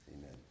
Amen